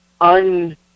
un